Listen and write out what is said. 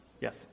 Yes